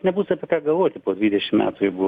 nebus apie ką galvoti po dvidešim metų jeigu